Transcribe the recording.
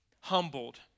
humbled